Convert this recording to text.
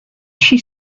she